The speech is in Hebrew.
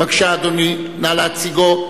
בבקשה, אדוני, נא להציגו.